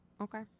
okay